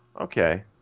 Okay